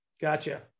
Gotcha